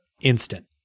instant